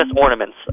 ornaments